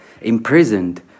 imprisoned